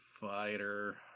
Fighter